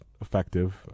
effective